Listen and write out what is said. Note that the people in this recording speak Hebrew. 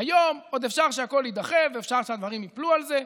להיום עוד אפשר שהכול יידחה ואפשר שהדברים ייפלו על זה.